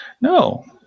No